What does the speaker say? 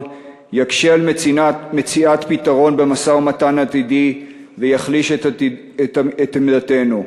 יקשה על מציאת פתרון במשא-ומתן עתידי ויחליש את עמדתנו.